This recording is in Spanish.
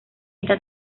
esta